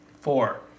Four